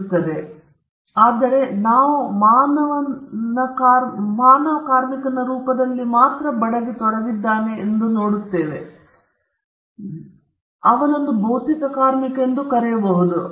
ಬಡಗಿ ನಿಜವಾಗಿ ಕುರ್ಚಿಯನ್ನು ತಯಾರಿಸುತ್ತಿರುವಾಗ ಒಬ್ಬ ಮನುಷ್ಯನು ಮಾನವ ಕಾರ್ಮಿಕರಲ್ಲಿ ತೊಡಗಿದ್ದಾನೆ ಎನ್ನುವುದನ್ನು ನೋಡಬೇಕಾದದ್ದು ನಾವು ಭೌತಿಕ ಕಾರ್ಮಿಕ ಎಂದು ಕರೆಯುತ್ತೇವೆ